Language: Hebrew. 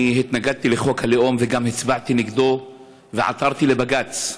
אני התנגדתי לחוק הלאום וגם הצבעתי נגדו ועתרתי לבג"ץ,